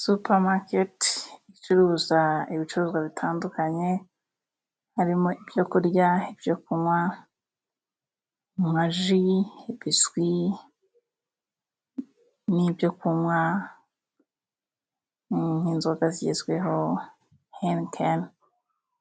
Supamakete icuruza ibicuruzwa bitandukanye, harimo ibyo kurya, ibyo kunywa nka ji, biswi n'ibyo kunywa nk'inzoga zigezweho, henikeni